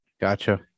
Gotcha